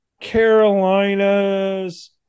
Carolina's